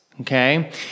Okay